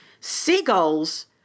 Seagulls